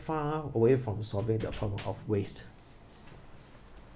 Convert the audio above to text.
far away from solving the problem of waste